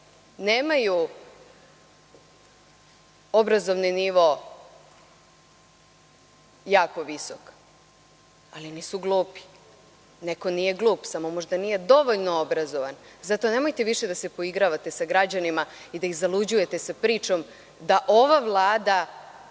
nemaju obrazovni nivo jako visok, ali nisu glupi. Neko nije glup, samo možda nije dovoljno obrazovan. Zato nemojte više da se poigravate sa građanima i da ih zaluđujete sa pričom da ova vlada